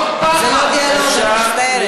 אתם לא בונים מתוך פחד,